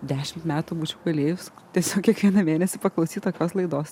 dešimt metų būčiau galėjus tiesiog kiekvieną mėnesį paklausyt tokios laidos